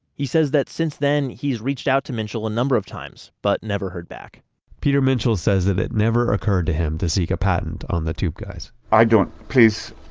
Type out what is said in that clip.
he says that since then he's reached out to minshall a number of times, but never heard back peter minshall says that it never occurred to him to seek a patent on the tube guys i don't please,